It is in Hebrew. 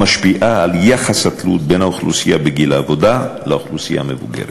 המשפיעה על יחס התלות בין האוכלוסייה בגיל העבודה לאוכלוסייה המבוגרת.